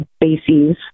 bases